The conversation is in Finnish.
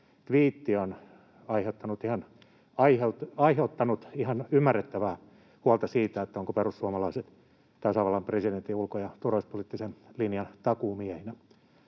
tviitti on aiheuttanut ihan ymmärrettävää huolta siitä, ovatko perussuomalaiset tasavallan presidentin ulko- ja turvallisuuspoliittisen linjan takuumiehinä.